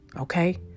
okay